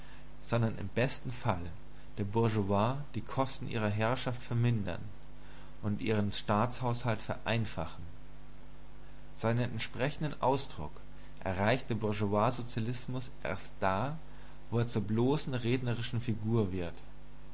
sondern im besten fall der bourgeoisie die kosten ihrer herrschaft vermindern und ihren staatshaushalt vereinfachen seinen entsprechenden ausdruck erreicht der bourgeoisiesozialismus erst da wo er zur bloßen rednerischen figur wird